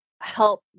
help